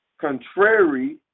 contrary